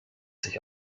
sich